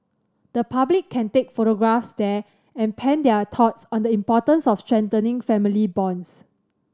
the public can take photographs there and pen their thoughts on the importance of strengthening family bonds